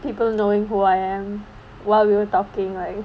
people knowing who I am while we were talking right